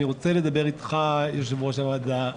אני רוצה לדבר איתך, יושב-ראש הוועדה.